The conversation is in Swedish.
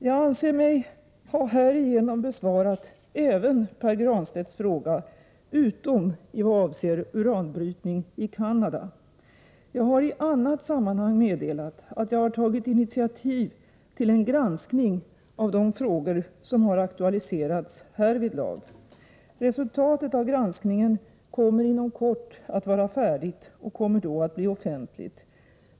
Jag anser mig härigenom ha besvarat även Pär Granstedts fråga utom i vad avser uranbrytning i Canada. Jag har i annat sammanhang meddelat att jag har tagit initiativ till en granskning av de frågor som har aktualiserats härvidlag. Resultatet av granskningen kommer inom kort att vara färdigt och kommer då att bli offentligt.